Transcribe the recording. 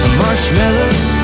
marshmallows